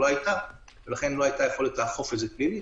היתה ולכן לא היתה יכולת לאכוף את זה פלילית.